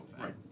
Right